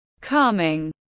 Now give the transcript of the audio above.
calming